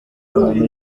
muntu